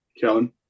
Kellen